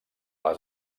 les